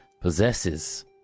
possesses